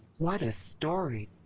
what a story!